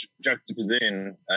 juxtaposition